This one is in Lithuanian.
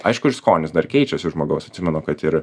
aišku ir skonis dar keičiasi žmogaus atsimenu kad ir